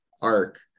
arc